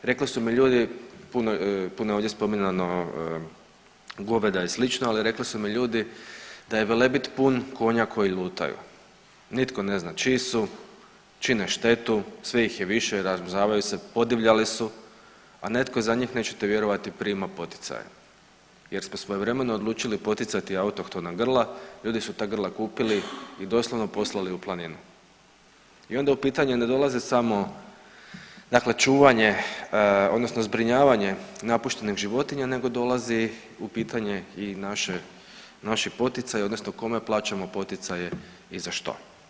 Rekli su mi ljudi, puno, puno je ovdje spominjano goveda i slično, ali rekli su mi ljudi da je Velebit pun konja koji lutaju, nitko ne znaju čiji su, čine štetu, sve ih je više, razmnožavaju se, podivljali, a netko za njih nećete vjerovati prima poticaje jer smo svojevremeno odlučili poticati autohtona grla, ljudi su ta grla kupili i doslovno poslali u planinu i onda u pitanje ne dolaze samo dakle čuvanje odnosno zbrinjavanje napuštenih životinja nego dolazi u pitanje i naše, naši poticaji odnosno kome plaćamo poticaje i za što.